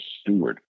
steward